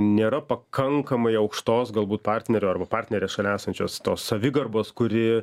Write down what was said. nėra pakankamai aukštos galbūt partnerio arba partnerės šalia esančios tos savigarbos kuri